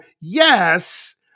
yes